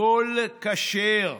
הכול כשר,